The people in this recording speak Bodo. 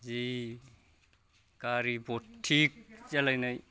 जि गारि भरथि जालायनाय